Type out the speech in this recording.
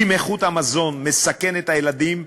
אם איכות המזון מסכנת את הילדים,